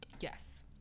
yes